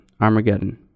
Armageddon